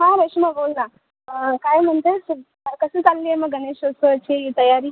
हां वैष्णव बोल ना काय म्हणते काय कसं चालली आहे मग गणेश उत्सवाची तयारी